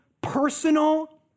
personal